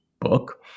book